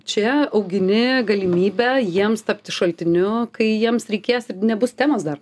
čia augini galimybę jiems tapti šaltiniu kai jiems reikės ir nebus temos dar